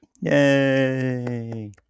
Yay